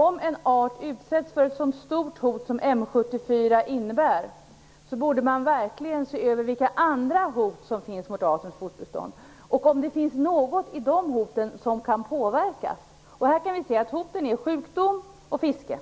Om en art utsätts för ett så stort hot som M 74 innebär borde man verkligen se över vilka andra hot som finns mot artens fortbestånd, och ifall det finns något i dessa hot som kan påverkas. Vi kan konstatera att hoten här är sjukdom och fiske.